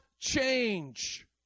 change